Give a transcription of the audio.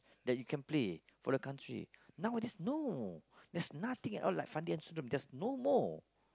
that you can play for the country nowadays no there's nothing at all like Fandi there's no more